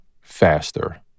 faster